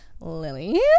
lily